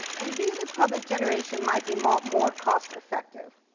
and b, that public generation might be more more cost effective.